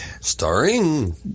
Starring